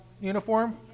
uniform